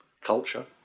culture